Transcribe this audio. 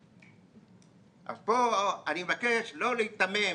אז פה אני מבקש לא להיתמם,